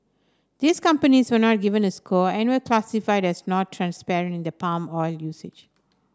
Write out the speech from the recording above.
these companies were not given a score and were classified as not transparent in their palm oil usage